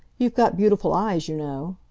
you've got beautiful eyes, you know.